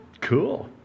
cool